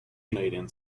canadian